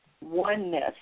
oneness